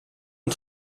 und